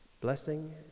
blessing